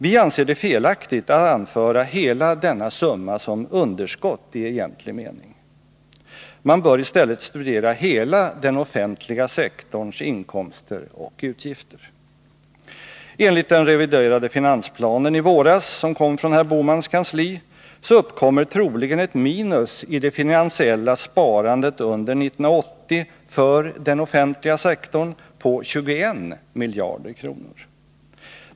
Vi anser det felaktigt att anföra hela denna summa som underskott i egentlig mening. Man bör i stället studera hela den offentliga sektorns inkomster och utgifter. Enligt den reviderade finansplanen i våras, som kom från herr Bohmans kansli, uppkommer troligen ett minus i det finansiella sparandet för den offentliga sektorn under 1980 på 21 miljarder kronor.